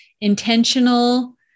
intentional